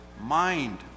mind